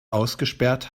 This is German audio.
ausgesperrt